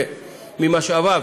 ממשאביו,